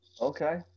Okay